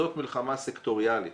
זאת מלחמה סקטוריאלית.